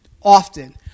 often